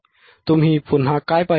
तुम्ही पुन्हा काय पाहिले